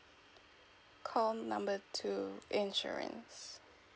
call number two insurance